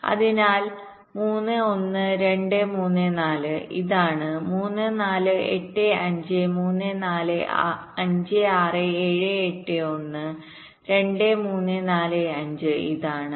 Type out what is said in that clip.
അതിനാൽ 3 1 2 3 4 ഇതാണ് 3 4 8 5 3 4 5 6 7 8 1 2 3 4 5 ഇതാണ്